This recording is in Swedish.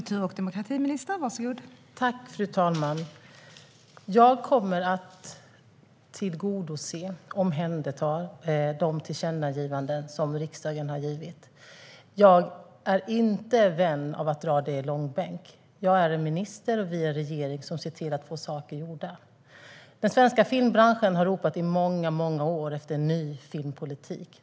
Fru talman! Jag kommer att tillgodose och omhänderta de tillkännagivanden som riksdagen har givit. Jag är inte vän av att dra detta i långbänk. Jag är en minister och vi är en regering som ser till att få saker gjorda. Den svenska filmbranschen har ropat i många år efter en ny filmpolitik.